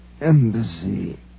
embassy